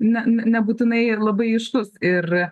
ne ne nebūtinai ir labai aiškus ir